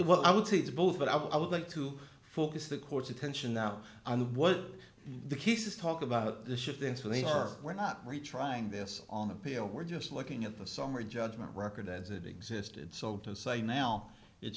well i would say it's both but i would like to focus the court's attention now on what the cases talk about the shift in so they are we're not really trying this on appeal we're just looking at the summary judgment record as it existed so to say now it's